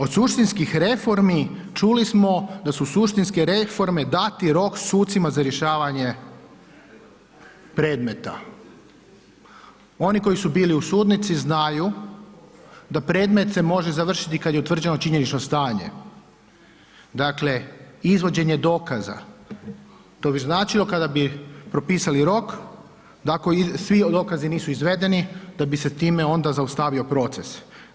Od suštinskih reformi, čuli smo da su suštinske reforme dati rok sucima za rješavanje predmeta, oni koji su bili u sudnici znaju da predmet se može završiti kada je utvrđeno činjenično stanje, dakle, izvođenje dokaza, to bi značilo kada bi propisali rok, da ako svi dokazi nisu izvedeni, da bi se time onda zaustavio proces.